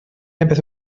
empezó